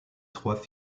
trois